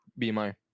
BMI